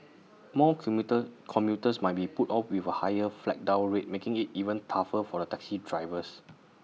more commuter commuters might be put off with A higher flag down rate making IT even tougher for the taxi drivers